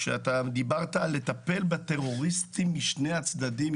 כשדיברת על לטפל בטרוריסטים משני הצדדים,